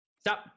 Stop